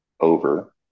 over